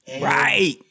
Right